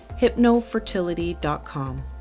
hypnofertility.com